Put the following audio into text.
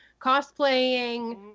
cosplaying